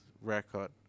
record